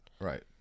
Right